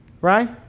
Right